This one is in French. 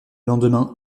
lendemain